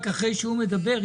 אחרי שהוא מדבר,